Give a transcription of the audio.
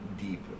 deep